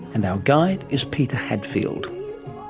and our guide is peter hadfield.